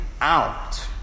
out